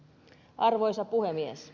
arvoisa puhemies